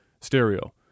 stereo